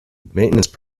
maintenance